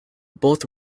both